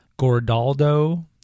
Gordaldo